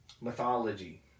Mythology